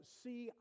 see